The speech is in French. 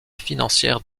financière